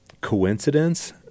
coincidence